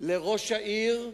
ראש העיר.